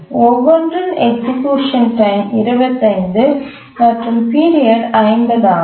ஒவ்வொன்றின் execution time 25 மற்றும் period 50 ஆகும்